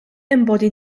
embody